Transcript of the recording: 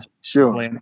sure